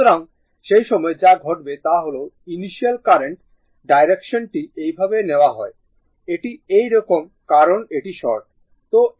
সুতরাং সেই সময় যা ঘটবে তা হল এই ইনিশিয়াল কারেন্ট ডাইরেকশন টি এভাবে নেওয়া হয় এটি এই রকম কারণ এটি শর্ট